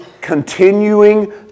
continuing